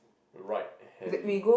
right hand